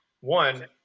One